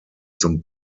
zum